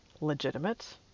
legitimate